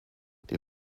die